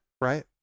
right